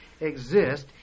exist